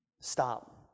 Stop